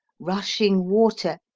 rushing water,